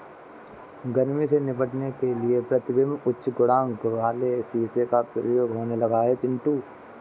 गर्मी से निपटने के लिए प्रतिबिंब उच्च गुणांक वाले शीशे का प्रयोग होने लगा है पिंटू